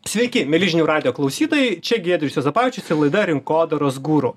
sveiki mieli žinių radijo klausytojai čia giedrius juozapavičius ir laida rinkodaros guru